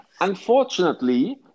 Unfortunately